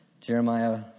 Jeremiah